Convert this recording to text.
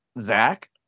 Zach